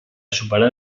superar